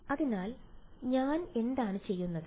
അതിനാൽ ഞാൻ എന്താണ് ചെയ്യുന്നത്